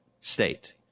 state